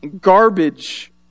garbage